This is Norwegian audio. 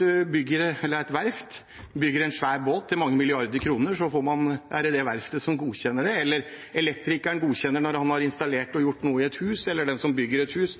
et verft bygger en svær båt til mange milliarder kroner, er det det verftet som godkjenner det, eller elektrikeren godkjenner når han har installert og gjort noe i et hus, eller den som bygger et hus,